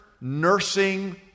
nursing